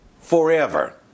forever